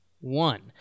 one